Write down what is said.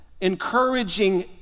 Encouraging